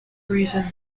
reason